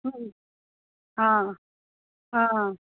অঁ অঁ